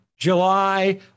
July